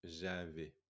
j'avais